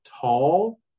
tall